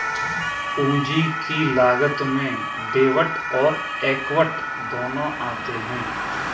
पूंजी की लागत में डेब्ट और एक्विट दोनों आते हैं